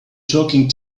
talking